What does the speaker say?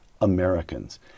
Americans